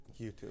YouTube